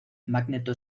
magneto